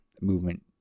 movement